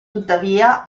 tuttavia